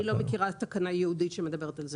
אני לא מכירה תקנה ייעודית שמדברת על זה.